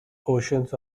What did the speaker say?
oceans